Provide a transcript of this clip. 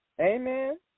Amen